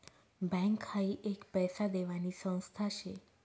bank हाई एक पैसा देवानी संस्था शे